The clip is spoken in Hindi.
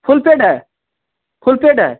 फुल पेड है फुल पेड है